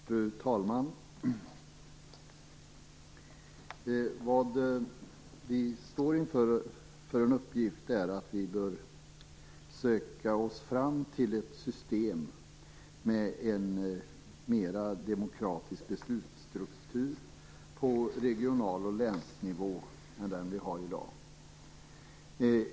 Fru talman! Vi står nu inför uppgiften att söka oss fram till ett system med en mer demokratisk beslutsstruktur på regional nivå och länsnivå än den vi har i dag.